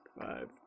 Five